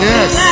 Yes